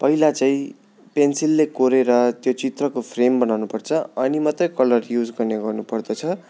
पैला चाहिँ पेन्सिलले कोरेर त्यो चित्रको फ्रेम बनाउनु पर्छ अनि मात्रै कलर युज गर्ने गर्नु पर्दछ